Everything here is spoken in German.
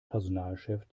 personalchef